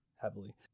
heavily